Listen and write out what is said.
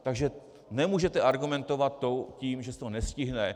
Takže nemůžete argumentovat tím, že se to nestihne.